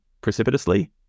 precipitously